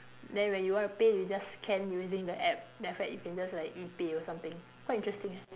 then when you want to pay you just scan using the app then after that you can just like E pay or something quite interesting